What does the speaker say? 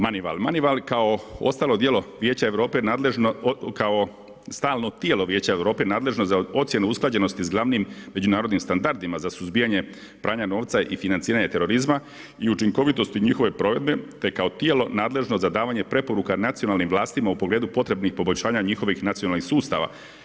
Manival, manival kao ostalo djelo Vijeća Europe, kao stalno tijelo Vijeća Europe nadležno za ocjenu usklađenosti s glavnim međunarodnim standardima za suzbijanje pranja novca i financiranje terorizma i učinkovitosti njihove provedbe te kao tijelo nadležno za davanje preporuka nacionalnim vlastima u pogledu potrebnih poboljšanja njihovih nacionalnih sustava.